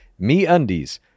Meundies